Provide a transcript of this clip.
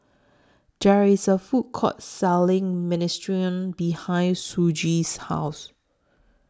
There IS A Food Court Selling Minestrone behind Shoji's House